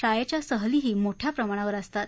शाळेच्या सहलीही मोठ्या प्रमाणावर असतात